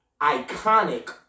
iconic